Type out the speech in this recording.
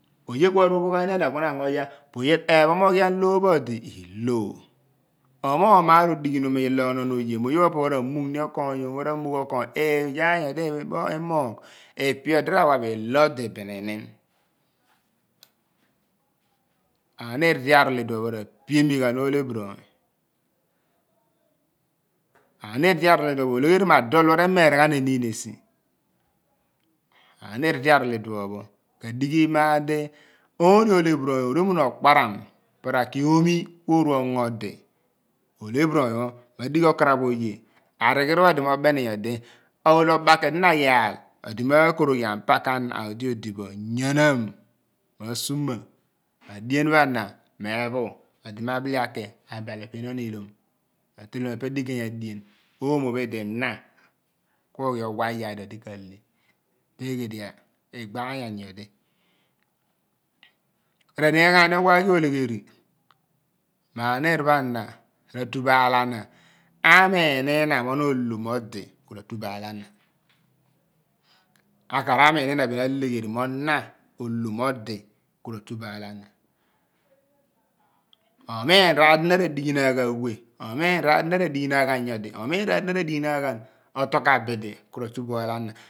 Oye ku aru ophoghaani ana ku na angno yaar poye ephomoghan loor pho di ilo omogh maar odighi num ilo onon oye mo oye pho ra mughni okoonyo mo ra mugh okoonyo iyaar nyodi imogh ipe odi rawa bo ilo odi bi ni nin aniir di arol iduo pho ra piemighan olephiri oony aniir di arol iduo pho olegher ma dol pho re mereghan eniin esi aniir di arol iduo pho ka maar di ooni olephiri oony orumun okparam po ra ki omi ku aru ongo odi olephiri oony pho ma dighi okaraph oye arighiri pho odi mo beni nyodi mo oloom oba ku edi na aghi aal odi ma koroghian paka na odi odigho yinam ma suma adien pho ana me plu odi ma bite aki abal epe inon itom ra teliem epe digeeny adien oomo pho idi na ku ghi owa iyaar di odi kaleh eghe diyaar igaanyan nyodi ku re nighe ghaani owaghi ole gheri ma aniir pho ana ra tu bo aal ana amiin ina mo na olom odi ku ra tu bo aal ana akaar amiin ina bin alegheri mo na olom odi ku ratu bo aal ana omiin raar di na ra dighinaan ghan we omiin raar di na dighinaan ghan nyodi omiin yaar di na ra dighinaan oto ka bid ku ra tu bo aal ana